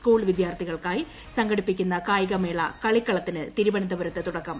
school വിദ്യാർത്ഥികൾക്കായി സംഘടിപ്പിക്കുന്ന കായികമേള കളിക്കളത്തിന് തിരുവനന്തപുരത്ത് തുടക്കമായി